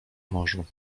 morzu